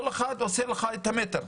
כל אחד עושה לך את המטר.